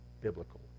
biblical